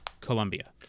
Colombia